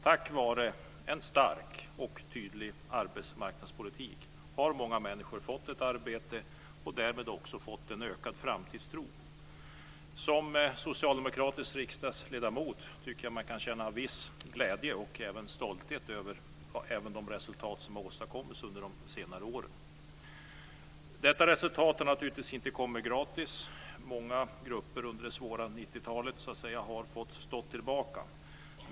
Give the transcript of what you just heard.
Tack vare en stark och tydlig arbetsmarknadspolitik har många människor fått ett arbete och därmed också en ökad framtidstro. Som socialdemokratisk riksdagsledamot känner jag en viss stolthet och glädje över de resultat som har åstadkommits under de senaste åren. Detta resultat har naturligtvis inte kommit gratis. Många grupper har fått stå tillbaka under det svåra 90-talet.